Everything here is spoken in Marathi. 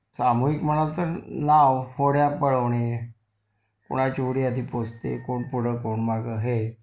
सामूहिक म्हणाल तर नाव होड्या पळवणे कुणाची होडी आधी पोहचते कोण पुढं कोण मागं हे